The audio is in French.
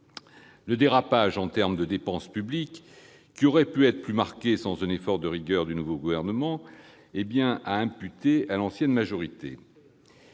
Le dérapage des dépenses publiques, qui aurait pu être plus marqué sans un effort de rigueur du nouveau gouvernement, est bien à imputer à l'ancienne majorité.